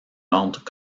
ordre